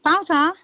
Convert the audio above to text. पाउँछ